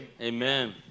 Amen